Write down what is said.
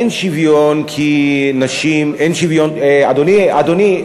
אין שוויון כי נשים, אין שוויון, אדוני.